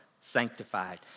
sanctified